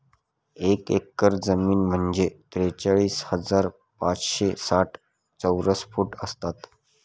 एक एकर जमीन म्हणजे त्रेचाळीस हजार पाचशे साठ चौरस फूट असतात